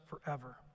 forever